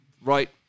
right